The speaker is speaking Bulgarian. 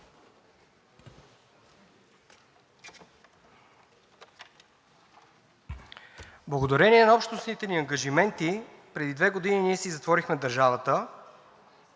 Благодарение на общностните ни ангажименти преди две години ние си затворихме държавата,